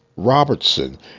Robertson